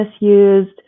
misused